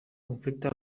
conflicte